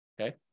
Okay